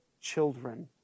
children